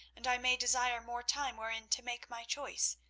and i may desire more time wherein to make my choice,